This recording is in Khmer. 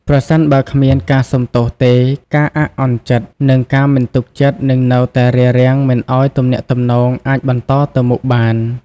ប្រសិនបើគ្មានការសុំទោសទេ ការអាក់អន់ចិត្ត និងការមិនទុកចិត្តនឹងនៅតែរារាំងមិនឱ្យទំនាក់ទំនងអាចបន្តទៅមុខបាន។